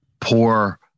poor